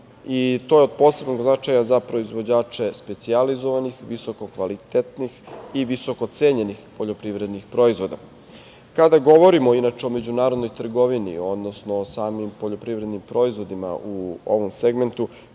i to je od posebnog značaja za proizvođače specijalizovanih visokokvalitetnih i visokocenjenih poljoprivrednih proizvoda. Kada govorimo, inače, o međunarodnoj trgovini, odnosno o samim poljoprivrednim proizvodima u ovom segmentu,